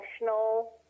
national